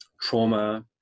trauma